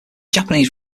japanese